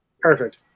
perfect